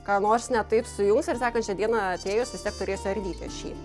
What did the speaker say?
ką nors ne taip sujungsi ir sekančią dieną atėjus vis tiek turėsiu ardyti aš jį